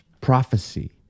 prophecy